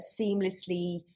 seamlessly